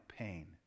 Pain